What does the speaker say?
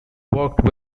worked